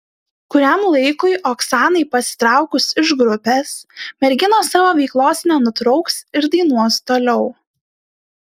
kuriam laikui oksanai pasitraukus iš grupės merginos savo veiklos nenutrauks ir dainuos toliau